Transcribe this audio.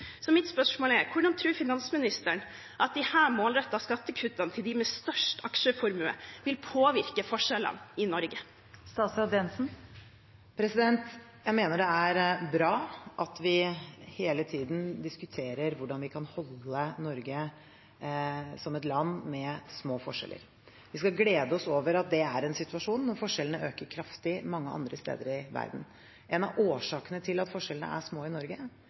Mitt spørsmål er: Hvordan tror finansministeren at disse målrettede skattekuttene til dem med størst aksjeformue vil påvirke forskjellene i Norge? Jeg mener det er bra at vi hele tiden diskuterer hvordan vi kan holde Norge som et land med små forskjeller. Vi skal glede oss over at det er situasjonen, når forskjellene øker kraftig mange andre steder i verden. En av årsakene til at forskjellene er små i Norge,